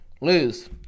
lose